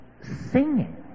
singing